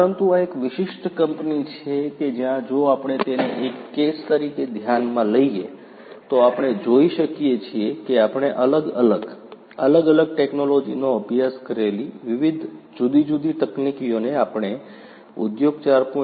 પરંતુ આ એક વિશિષ્ટ કંપની છે કે જ્યાં જો આપણે તેને એક કેસ તરીકે ધ્યાનમાં લઈએ તો આપણે જોઈ શકીએ છીએ કે આપણે અલગ અલગ અલગ અલગ ટેકનોલોજીનો અભ્યાસ કરેલી વિવિધ જુદી જુદી તકનીકીઓને આપણે ઉદ્યોગ 4